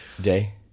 Day